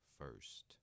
first